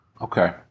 Okay